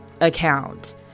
account